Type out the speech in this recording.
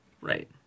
Right